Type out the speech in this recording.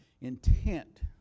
intent